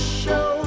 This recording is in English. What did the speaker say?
show